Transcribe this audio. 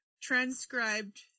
transcribed